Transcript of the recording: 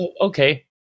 okay